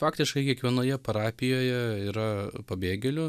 faktiškai kiekvienoje parapijoje yra pabėgėlių